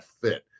fit